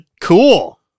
cool